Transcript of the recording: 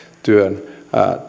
työn